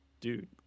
Dude